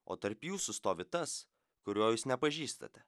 o tarp jūsų stovi tas kurio jūs nepažįstate